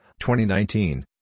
2019